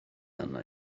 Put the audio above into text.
arna